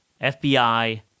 FBI